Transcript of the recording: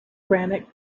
granite